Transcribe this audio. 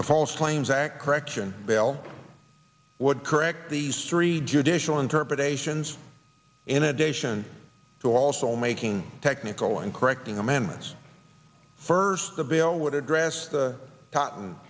false claims act correction bill would correct these three judicial interpretations in addition to also making technical and correcting amendments first the bill would address the